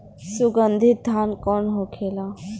सुगन्धित धान कौन होखेला?